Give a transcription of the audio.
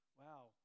Wow